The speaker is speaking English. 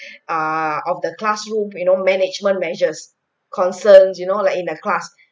ah of the classroom you know management measures concerns you know like in a class